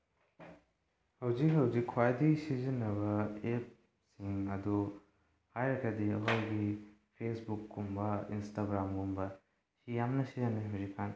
ꯍꯧꯖꯤꯛ ꯍꯣꯖꯤꯛ ꯈ꯭ꯋꯥꯏꯗꯒꯤ ꯁꯤꯖꯤꯟꯅꯕ ꯑꯦꯞꯁꯤꯡ ꯑꯗꯨ ꯍꯥꯏꯔꯒꯗꯤ ꯑꯩꯈꯣꯏꯒꯤ ꯐꯦꯁꯕꯨꯛꯀꯨꯝꯕ ꯏꯟꯁꯇꯥꯒ꯭ꯔꯥꯝꯒꯨꯝꯕ ꯌꯥꯝꯅ ꯁꯤꯖꯤꯟꯅꯩ ꯍꯧꯖꯤꯛꯀꯥꯟ